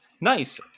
Nice